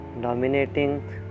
dominating